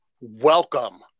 Welcome